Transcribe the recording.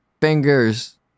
fingers